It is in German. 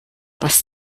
was